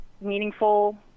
meaningful